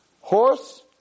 Horse